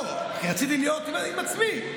לא, כי רציתי להיות עם עצמי.